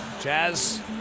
Jazz